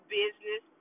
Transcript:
business